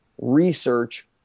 research